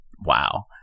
Wow